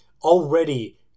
already